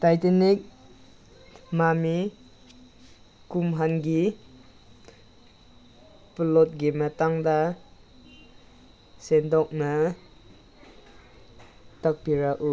Titanic ꯃꯃꯤ ꯀꯨꯝꯍꯩꯒꯤ ꯄ꯭ꯂꯣꯠꯀꯤ ꯃꯇꯥꯡꯗ ꯁꯟꯗꯣꯛꯅ ꯇꯥꯛꯄꯤꯔꯛꯎ